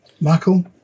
Michael